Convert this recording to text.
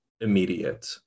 immediate